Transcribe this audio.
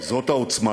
זאת העוצמה